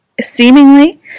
seemingly